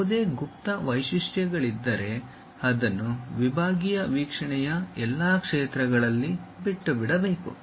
ಯಾವುದೇ ಗುಪ್ತ ವೈಶಿಷ್ಟ್ಯಗಳಿದ್ದರೆ ಅದನ್ನು ವಿಭಾಗೀಯ ವೀಕ್ಷಣೆಯ ಎಲ್ಲಾ ಕ್ಷೇತ್ರಗಳಲ್ಲಿ ಬಿಟ್ಟುಬಿಡಬೇಕು